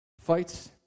fights